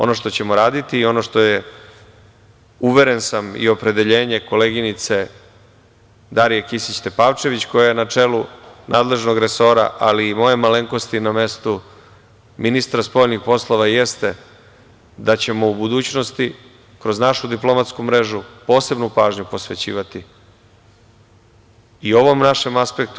Ono što ćemo raditi i ono što je uveren sam i opredeljenje koleginice Darije Kisić Tepavčević, koja je na čelu nadležnog resora, ali i moje malenkosti, na mestu ministra spoljnih poslova, jeste da ćemo u budućnosti kroz našu diplomatsku mrežu posebnu pažnju posvećivati i ovom našem aspektu.